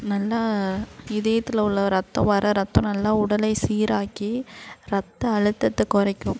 நல்லா இதயத்தில் உள்ள ரத்தம் வர ரத்தம் நல்லா உடலை சீராக்கி இரத்த அழுத்தத்த குறைக்கும்